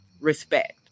respect